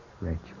Rachel